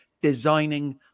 designing